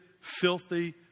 filthy